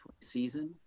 season